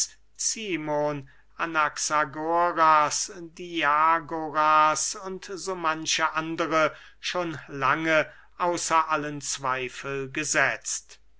cimon anaxagoras diagoras und so manche andre schon lange außer allen zweifel gesetzt